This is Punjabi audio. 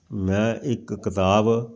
ਮੈਂ ਇੱਕ ਕਿਤਾਬ